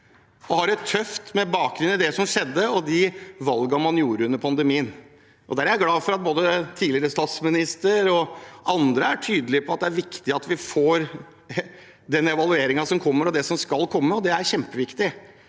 og har det tøft med bakgrunn i det som skjedde, og de valgene man gjorde under pandemien. Jeg er glad for at både tidligere statsminister og andre er tydelige på at det er viktig at vi får den evalueringen som kommer, og det som skal komme. Det er kjempeviktig,